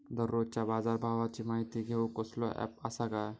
दररोजच्या बाजारभावाची माहिती घेऊक कसलो अँप आसा काय?